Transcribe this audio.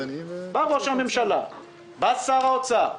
בא שר האוצר,